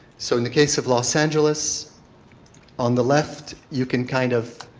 so in the case of los angeles on the left you can kind of,